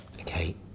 Okay